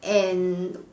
and